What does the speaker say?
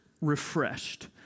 refreshed